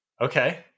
Okay